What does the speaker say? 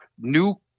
new